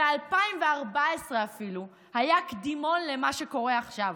ב-2014 היה קדימון למה שקורה עכשיו.